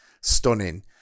stunning